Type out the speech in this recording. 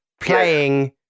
playing